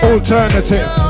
Alternative